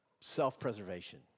self-preservation